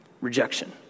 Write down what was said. Rejection